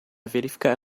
verificar